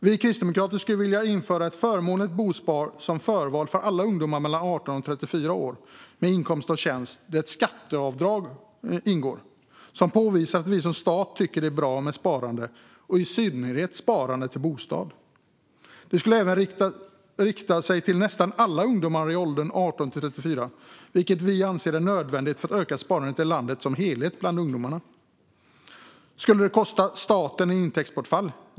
Vi kristdemokrater skulle vilja införa ett förmånligt bosparande som förval för alla ungdomar mellan 18 och 34 år med inkomst av tjänst där ett skatteavdrag ingår. Det påvisar att staten tycker att det är bra med sparande, i synnerhet sparande till bostad. Sparandet skulle rikta sig till nästan alla ungdomar i åldern 18-34, vilket vi anser är nödvändigt för ett ökat sparande i landet som helhet bland ungdomarna. Skulle detta kosta staten i intäktsbortfall?